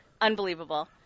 Unbelievable